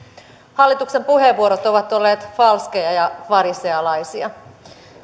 hallituksen puheenvuorot ovat olleet falskeja ja farisealaisia